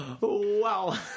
Wow